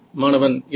மாணவன் இல்லை